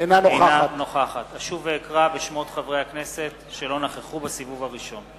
אינה נוכחת אשוב ואקרא בשמות חברי הכנסת שלא נכחו בסיבוב הראשון.